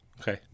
okay